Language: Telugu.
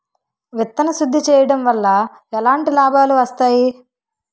విత్తన శుద్ధి చేయడం వల్ల ఎలాంటి లాభాలు వస్తాయి?